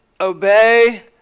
Obey